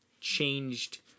changed